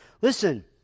Listen